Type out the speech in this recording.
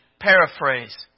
Paraphrase